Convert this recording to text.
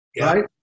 Right